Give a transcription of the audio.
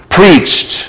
preached